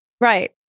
Right